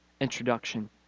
introduction